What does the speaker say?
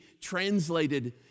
translated